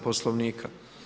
Poslovnika.